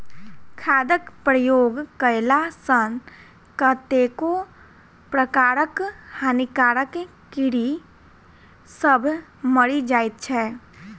खादक प्रयोग कएला सॅ कतेको प्रकारक हानिकारक कीड़ी सभ मरि जाइत छै